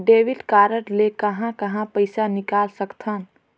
Debit card ले कहां कहां पइसा निकाल सकथन?